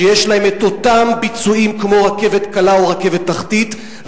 שיש להם אותם ביצועים כמו לרכבת קלה או לרכבת תחתית,